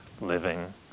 living